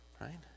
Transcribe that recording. right